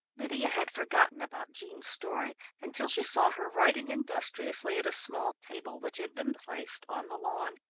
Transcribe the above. lydia had forgotten about jean's story until she saw her writing industriously at a small table which had been placed on the lawn.